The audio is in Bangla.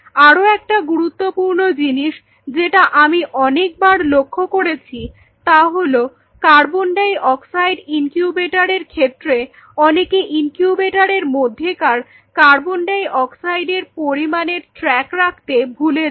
আরো একটা গুরুত্বপূর্ণ জিনিস যেটা আমি অনেকবার লক্ষ্য করেছি তা হলো কার্বন ডাই অক্সাইড ইনকিউবেটর এর ক্ষেত্রে অনেকে ইনকিউবেটরের মধ্যেকার কার্বন ডাই অক্সাইডের পরিমাণ এর ট্র্যাক রাখতে ভুলে যায়